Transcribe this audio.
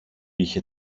είχε